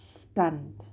stunned